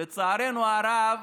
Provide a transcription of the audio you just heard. לצערנו הרב,